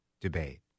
debate